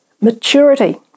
maturity